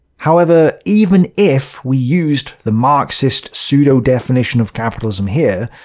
however, even if we used the marxist pseudo-definition of capitalism here,